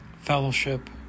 fellowship